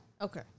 Okay